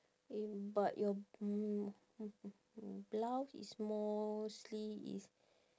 eh but your mm blouse is mostly is